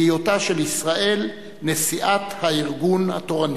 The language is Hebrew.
בהיותה של ישראל נשיאת הארגון התורנית.